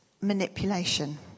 manipulation